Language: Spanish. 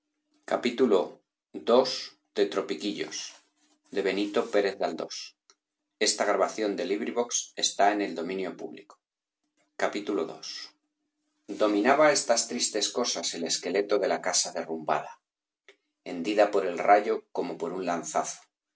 ii dominaba estas tristes cosas el esqueleto de la casa derrumbada hendida por el rayo como por un